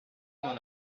dans